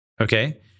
Okay